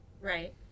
Right